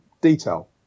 detail